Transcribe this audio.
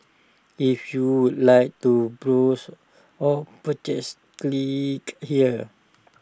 if you would like to browse or purchase click here